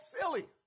silly